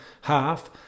half